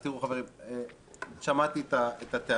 תראו, חברים, שמעתי את הטענות,